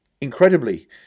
incredibly